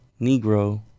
Negro